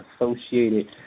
associated